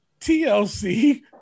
TLC